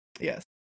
Yes